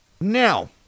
Now